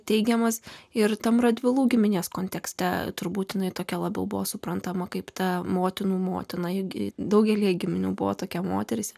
teigiamas ir tam radvilų giminės kontekste turi būtinai tokia labiau buvo suprantama kaip ta motinų motina juk daugelyje giminių buvo tokia moteris